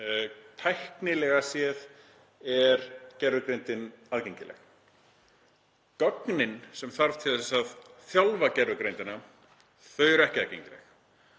Tæknilega séð er gervigreindin aðgengileg. En gögnin sem þarf til að þjálfa gervigreindina eru ekki aðgengileg.